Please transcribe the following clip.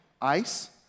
ice